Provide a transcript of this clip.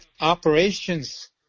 operations